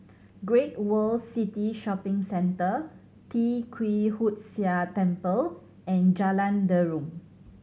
Great World City Shopping Centre Tee Kwee Hood Sia Temple and Jalan Derum